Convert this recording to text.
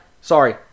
sorry